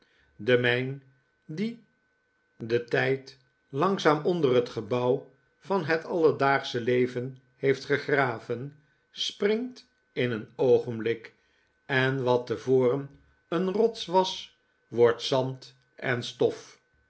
de mijn die de tijd langzaam onder het gebouw van het alledaagsche leven heeft gegraven springt in een oogenblik en wat tevoren een rots was wordt zand en stof